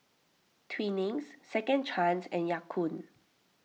Twinings Second Chance and Ya Kun